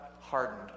hardened